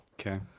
okay